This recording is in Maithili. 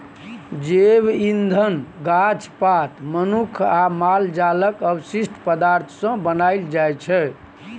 जैब इंधन गाछ पात, मनुख आ माल जालक अवशिष्ट पदार्थ सँ बनाएल जाइ छै